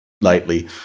lightly